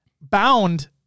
Bound